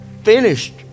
finished